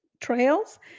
trails